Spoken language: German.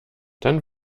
dann